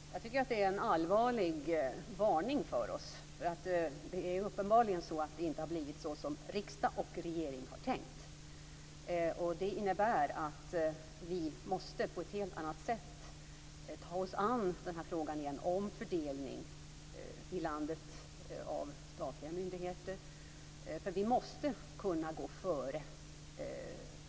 Herr talman! Jag tycker att detta är en allvarlig varning till oss. Det har uppenbarligen inte blivit så som riksdag och regering har tänkt. Det innebär att vi återigen på ett helt annat sätt måste ta oss an frågan om fördelning i landet av statliga myndigheter. Vi måste kunna gå före